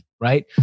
Right